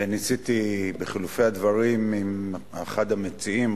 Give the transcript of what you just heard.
וניסיתי בחילופי הדברים עם אחד המציעים,